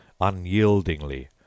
unyieldingly